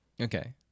Okay